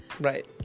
right